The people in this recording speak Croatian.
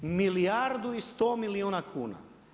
Milijardu i sto milijuna kuna.